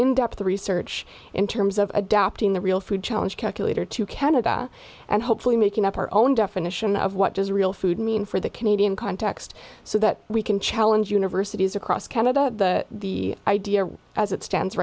in depth research in terms of adapting the real food challenge calculator to canada and hopefully making up our own definition of what does real food mean for the canadian context so that we can challenge universities across canada the idea as it stands